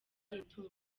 imitungo